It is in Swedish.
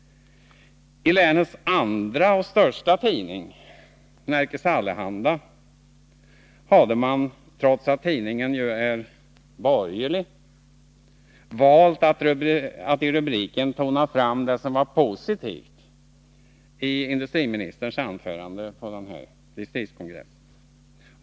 T länets största tidning, Nerikes Allehanda, hade man, trots att tidningen är borgerlig, valt att i rubriken tona fram det som var positivt i industriministerns anförande vid distriktskongressen.